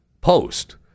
post